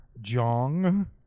Jong